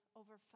over